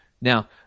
Now